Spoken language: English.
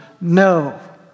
No